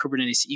Kubernetes